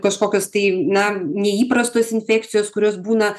kažkokios tai na neįprastos infekcijos kurios būna